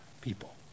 people